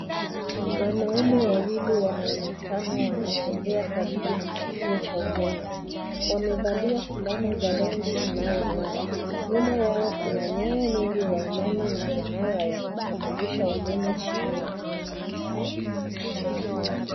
Wanaume wawili wanaonekana wanatembea karibu na kituo cha umeme. Wamevalia fulana za rangi inayongaa. Nyuma yao kuna nyaya nyingi za umeme na minara ya kusafirisha umeme chini ya anga.